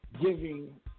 giving